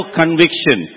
conviction